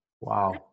Wow